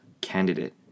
candidate